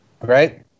Right